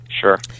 Sure